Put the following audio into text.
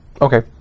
Okay